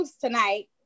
tonight